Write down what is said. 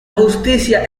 justicia